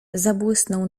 zabłysnął